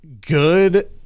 good